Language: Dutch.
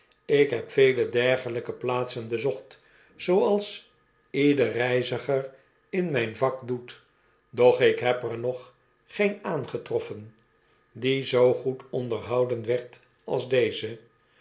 k heb vele dergelijke plaatsen bezocht zooals ieder reiziger in mijn vak doet doch ik heb er nog geen aangetroffen die zoo goed onderhouden werd als deze